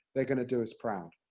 they're gonna do us proud.